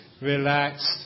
relaxed